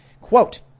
Quote